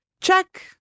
Check